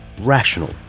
rational